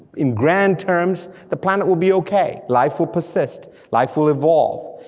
in grand terms, the planet will be okay, life will persist, life will evolve.